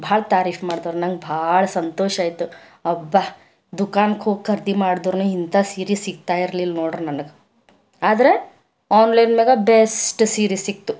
ಭಾಳ ತಾರಿಫ್ ಮಾಡಿದ್ರು ನಂಗೆ ಭಾಳ ಸಂತೋಷಾಯ್ತು ಅಬ್ಬಾ ದುಖಾನ್ಕೋಗಿ ಖರೀದಿ ಮಾಡಿದ್ರೂ ಇಂಥ ಸೀರೆ ಸಿಗ್ತಾಯಿರ್ಲಿಲ್ಲ ನೋಡ್ರಿ ನನಗೆ ಆದ್ರೆ ಆನ್ಲೈನ್ ಮ್ಯಾಗ ಬೆಸ್ಟ್ ಸೀರೆ ಸಿಕ್ಕಿತು